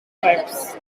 types